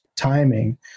timing